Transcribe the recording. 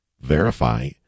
Verify